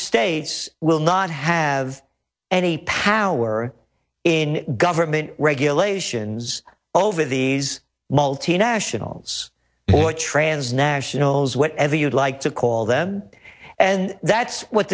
states will not have any power in government regulations over these multinationals or trans nationals whatever you'd like to call them and that's what